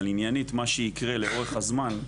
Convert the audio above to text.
אבל עניינית מה שיקרה לאורך הזמן,